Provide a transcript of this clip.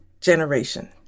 generation